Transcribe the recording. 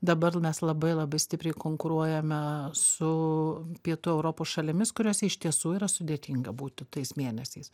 dabar mes labai labai stipriai konkuruojame su pietų europos šalimis kuriose iš tiesų yra sudėtinga būti tais mėnesiais